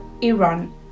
Iran